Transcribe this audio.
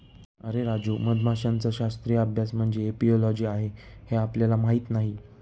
अरे राजू, मधमाशांचा शास्त्रीय अभ्यास म्हणजे एपिओलॉजी आहे हे आपल्याला माहीत नाही